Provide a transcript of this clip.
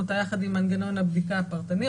אותה ביחד עם מנגנון הבדיקה הפרטני,